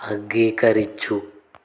అంగీకరించు